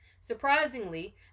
Surprisingly